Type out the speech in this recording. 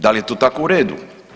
Da li je to tako u redu?